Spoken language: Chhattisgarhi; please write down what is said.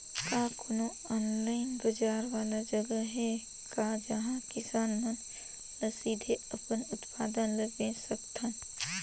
का कोनो ऑनलाइन बाजार वाला जगह हे का जहां किसान मन ल सीधे अपन उत्पाद ल बेच सकथन?